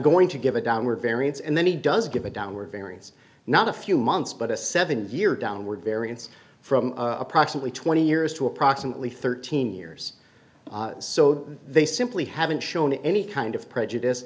going to give a downward variance and then he does give a downward variance not a few months but a seven year downward variance from approximately twenty years to approximately thirteen years so they simply haven't shown any kind of prejudice